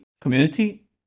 community